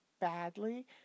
badly